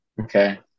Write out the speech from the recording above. okay